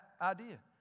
idea